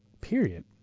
Period